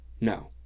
No